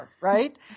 right